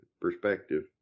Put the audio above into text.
perspective